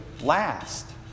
last